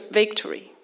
victory